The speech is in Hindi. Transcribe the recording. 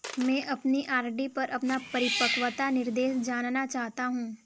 मैं अपनी आर.डी पर अपना परिपक्वता निर्देश जानना चाहता हूँ